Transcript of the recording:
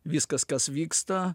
viskas kas vyksta